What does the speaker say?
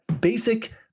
basic